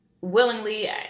willingly